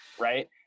right